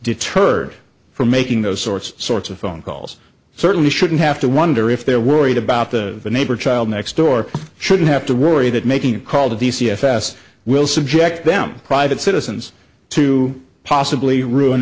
deterred from making those sorts sorts of phone calls certainly shouldn't have to wonder if they're worried about the neighbor child next door shouldn't have to worry that making calls of the c f s will subject them private citizens to possibly ruin